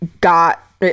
got